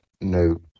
no